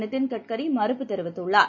நிதின்கட்கரிமறுப்பு தெரிவித்துள்ளார்